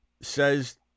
says